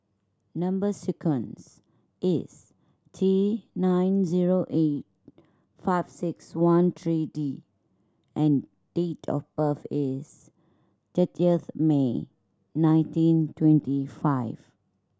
number sequence is T nine zero eight five six one three D and date of birth is thirtieth May nineteen twenty five